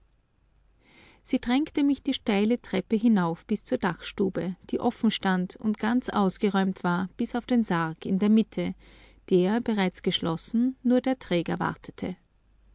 sie drängte mich die steile treppe hinauf bis zur dachstube die offen stand und ganz ausgeräumt war bis auf den sarg in der mitte der bereits geschlossen nur der träger wartete